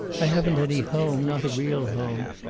i haven't any home not a real home.